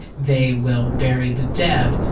they will bury the dead,